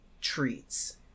treats